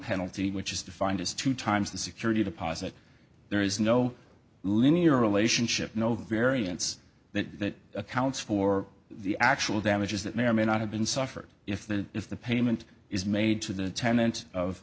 penalty which is defined as two times the security deposit there is no linear relationship no variance that accounts for the actual damages that may or may not have been suffered if the if the payment is made t